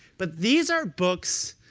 but these are books,